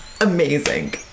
amazing